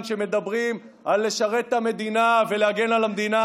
שמדברים על לשרת את המדינה ולהגן על המדינה,